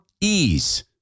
Ease